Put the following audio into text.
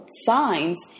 signs